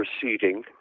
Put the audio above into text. proceeding